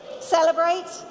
Celebrate